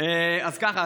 אז ככה.